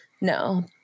No